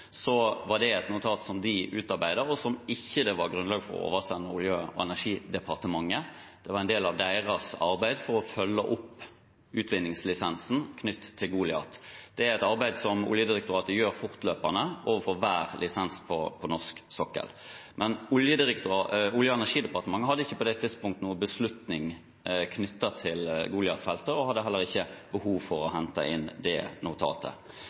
var det et notat som de utarbeidet, og som ikke det var grunnlag for å oversende Olje- og energidepartementet. Det var en del av deres arbeid for å følge opp utvinningslisensen knyttet til Goliat. Det er et arbeid som Oljedirektoratet gjør fortløpende overfor hver lisens på norsk sokkel. Men Olje- og energidepartementet hadde ikke på det tidspunkt noen beslutning knyttet til Goliat-feltet og hadde heller ikke behov for å hente inn det notatet.